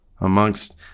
amongst